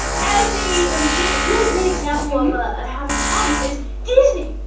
as a and really really great example of ah having a promise is teasing.